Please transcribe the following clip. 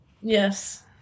Yes